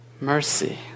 mercy